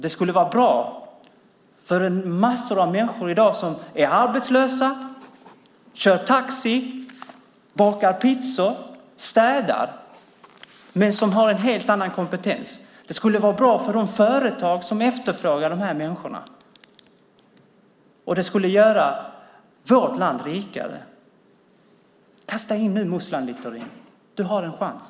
Det skulle vara bra för massor av människor i dag som är arbetslösa, kör taxi, bakar pizzor och städar men som har en helt annan kompetens. Det skulle vara bra för de företag som efterfrågar de människorna, och det skulle göra vårt land rikare. Kasta i musslan nu, Littorin! Du har en chans.